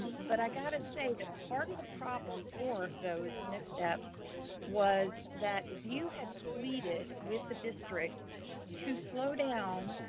but i gotta say that part of the problem for those missteps was that vue had pleaded with the district to slow down,